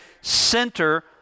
center